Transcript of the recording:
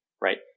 right